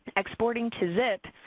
exporting to zip,